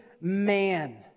man